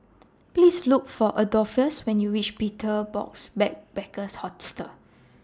Please Look For Adolphus when YOU REACH Betel Box Backpackers Hostel